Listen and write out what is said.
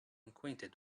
acquainted